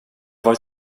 varit